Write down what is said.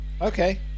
Okay